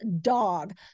dog